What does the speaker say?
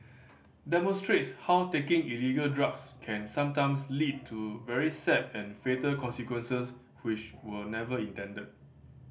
demonstrates how taking illegal drugs can sometimes lead to very sad and fatal consequences which were never intended